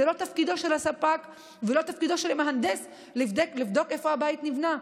זה לא תפקידו של הספק ולא תפקידו של המהנדס לבדוק איפה הבית נבנה.